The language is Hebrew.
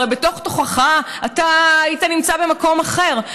אבל הרי בתוך-תוכך היית נמצא במקום אחר.